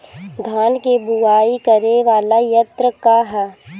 धान के बुवाई करे वाला यत्र का ह?